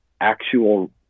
actual